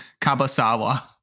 Kabasawa